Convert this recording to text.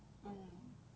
ah